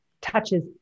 touches